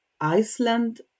Iceland